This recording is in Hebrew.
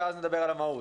לפני שניכנס למהות.